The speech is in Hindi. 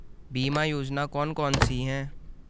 बीमा योजना कौन कौनसी हैं?